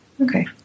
Okay